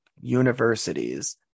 universities